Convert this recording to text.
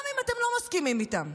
גם אם אתם לא מסכימים איתם,